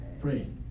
pray